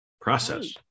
process